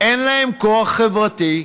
אין להם כוח חברתי,